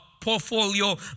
portfolio